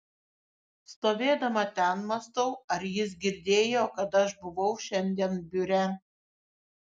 stovėdama ten mąstau ar jis girdėjo kad aš buvau šiandien biure